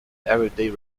everyday